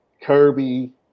Kirby